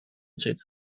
zit